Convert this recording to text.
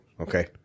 Okay